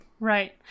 right